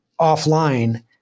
offline